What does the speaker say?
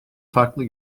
farklı